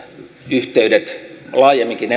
yhteydet laajemminkin